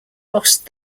lost